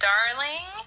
Darling